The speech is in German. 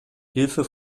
hilfe